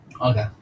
Okay